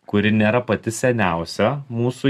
kuri nėra pati seniausia mūsų